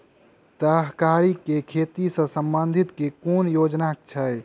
तरकारी केँ खेती सऽ संबंधित केँ कुन योजना छैक?